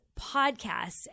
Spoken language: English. podcasts